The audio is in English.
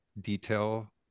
detail